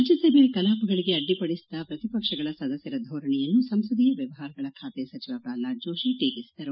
ರಾಜ್ಯಸಭೆಯ ಕಲಾಪಗಳಿಗೆ ಅಡ್ಡಿಪಡಿಸಿದ ಪ್ರತಿಪಕ್ಷಗಳ ಸದಸ್ಕರ ಧೋರಣೆಯನ್ನು ಸಂಸದೀಯ ವ್ಯವಹಾರಗಳ ಬಾತೆ ಸಚಿವ ಪ್ರಹ್ಲಾದ್ ಜೋಷಿ ಟೀಕಿಸಿದ್ದಾರೆ